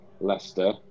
Leicester